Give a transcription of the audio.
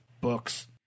books